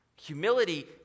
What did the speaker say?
humility